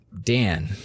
Dan